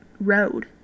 road